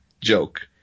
joke